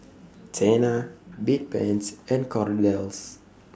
Tena Bedpans and Kordel's